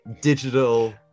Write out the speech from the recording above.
digital